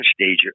stage